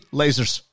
lasers